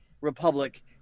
republic